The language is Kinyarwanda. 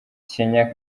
kigali